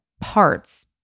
parts